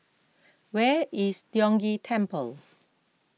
where is Tiong Ghee Temple